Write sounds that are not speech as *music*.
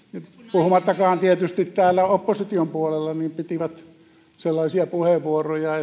puhumattakaan tietysti edustajista täällä opposition puolella käyttivät sellaisia puheenvuoroja *unintelligible*